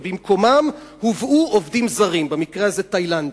ובמקומם הובאו עובדים זרים, במקרה הזה תאילנדים.